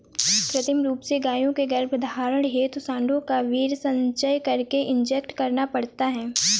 कृत्रिम रूप से गायों के गर्भधारण हेतु साँडों का वीर्य संचय करके इंजेक्ट करना पड़ता है